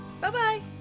Bye-bye